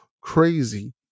crazy